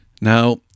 Now